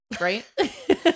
right